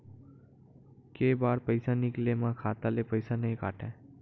के बार पईसा निकले मा खाता ले पईसा नई काटे?